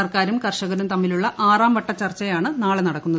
സർക്കാരും കർഷകരും തമ്മിലുള്ള ആറാം വട്ട ചർച്ചയാണ് നാളെ നടക്കുന്നത്